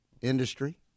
industry